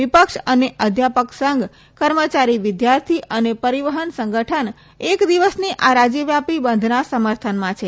વિપક્ષ અને અધ્યાપક સંઘ કર્મચારી વિદ્યાર્થી અને પરિવહન સંગઠન એક દિવસની આ રાજ્યવ્યાપી બંધના સમર્થનમાં છે